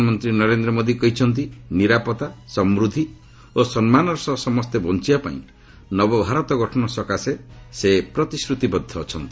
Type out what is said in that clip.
ପ୍ରଧାନମନ୍ତ୍ରୀ ନରେନ୍ଦ୍ର ମୋଦି କହିଛନ୍ତି ନିରାପତ୍ତା ସମୃଦ୍ଧି ଓ ସମ୍ମାନର ସହ ସମସ୍ତେ ବଞ୍ଚବାପାଇଁ ନବଭାରତ ଗଠନ ସକାଶେ ସେ ପ୍ରତିଶ୍ରତିବଦ୍ଧ ଅଛନ୍ତି